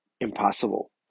impossible